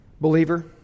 believer